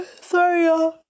sorry